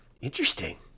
Interesting